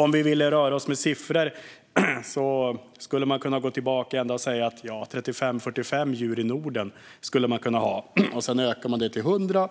Om vi vill röra oss med siffror skulle man kunna gå tillbaka och säga att man skulle kunna ha 35-45 djur i Norden, sedan ökar man det till 100,